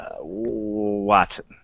Watson